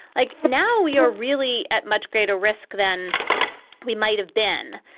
like now we are really at much greater risk than we might have been.